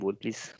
please।